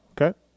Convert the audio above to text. Okay